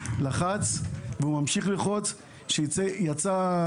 לחץ והוא ממשיך ללחוץ ויצאה טיוטה.